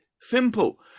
Simple